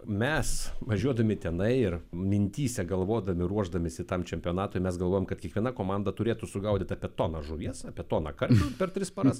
mes važiuodami tenai ir mintyse galvodami ruošdamiesi tam čempionatui mes galvojom kad kiekviena komanda turėtų sugaudyt apie toną žuvies apie toną karšių per tris paras